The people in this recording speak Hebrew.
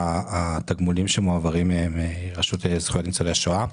אציג את התגמולים שמועברים מהרשות לזכויות ניצולי השואה.